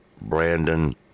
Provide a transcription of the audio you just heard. Brandon